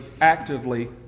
actively